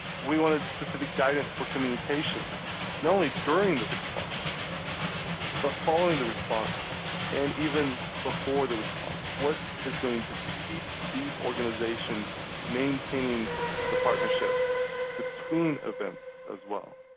we wanted specific guidance for communications not only during the response but following the response and even before the response. what is going to keep these organizations maintaining the partnership between events as well.